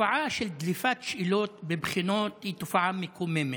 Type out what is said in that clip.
התופעה של דליפת שאלות בבחינות היא תופעה מקוממת.